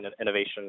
innovation